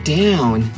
down